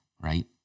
right